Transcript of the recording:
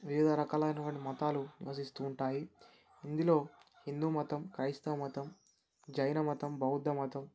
వివిధ రకాలు అయినటువంటి మతాలు నివసిస్తూ ఉంటాయి ఇందులో హిందూ మతం క్రైస్తవ మతం జైన మతం బౌద్ధ మతం